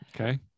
Okay